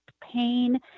pain